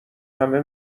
همه